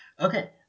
Okay